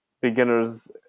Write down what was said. beginner's